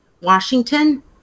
washington